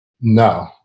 No